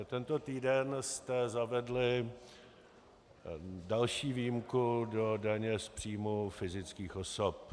Tento týden jste zavedli další výjimku do daně z příjmů fyzických osob.